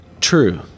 True